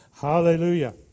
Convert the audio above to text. Hallelujah